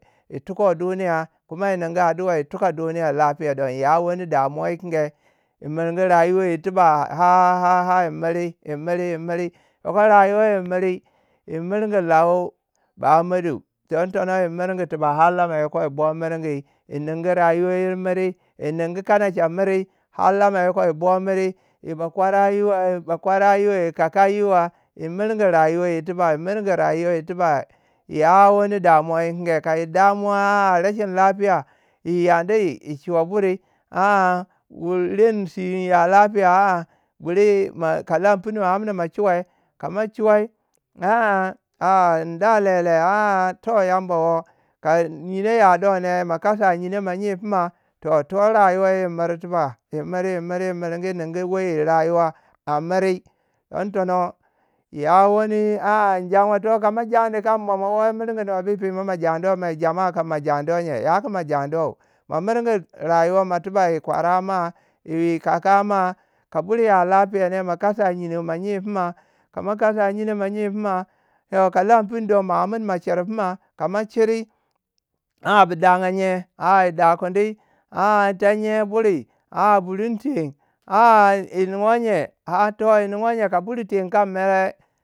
yi tukuwai duniya kuma yi ningu addua, itukuwai duniya lafiya don yi ya wani damuwai kinge, imiri rayuwa yir tiba ha- ha- ha yoko yi miri yi miri yi miri. Yoko rayuwa yi miri. yi mirgi lau Bahammadu. don tono yi murgu tiba har lama yoko yi bo mirgi. yi ningu rayuwa yir miri yi nungu kanacha miri har lama yoko yi bo miri yi bakwara yire bakwara yiwe, yi kaka yiwa imiringi rayuwa yir tiba yi miringi rayuwa yir tiba iya wani damuwa tikingai. Ka yi damuwa a rashin lafiya yi yandi yi shiwe buri a- a wu ren si ya lafiya a- a buri ma ka lan pundu amna ma chiwei. ka ma chiwei a- a in da lele a- a toh yamba wo. Ka nyino ya do ne. ma kasa nyino ma nyi pima. Toh- to tayuwa yi mir tiba yi miri yi miri yi miri yi ningu woye rayuwa a miri. Don tono ya wani a- a yin janwa. toh kama jandi kam mo- mo woyi mirgi nobu yi pima mo jandui pima jamaa mo jandui nye. Yaku ma jandui. Mo mirgi rayuwa mo tiba yi kwara ma. yi kaka ma. Ka bur ya lafiya ne. mo kasa nyino ma nyiu pima. Ka ma kasa nyino ma nyi pima. yo ka lan pinu don ma amin ma chir pima, kama chiri a bu danga nye. a- a yi da kundi a- a tenye buri a- a burin teng a- a yi nuwoi nye. toh ka bur teng kam mere.